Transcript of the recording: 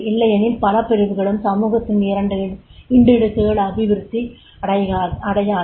இல்லையெனில் பல பிரிவுகளும் சமூகத்தின் இண்டு இடுக்குகள் அபிவிருத்தி அடையாது